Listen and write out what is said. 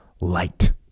light